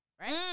right